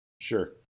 Sure